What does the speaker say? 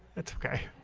it's okay